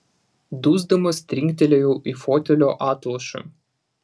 dusdamas trinktelėjau į fotelio atlošą